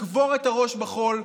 לקבור את הראש בחול,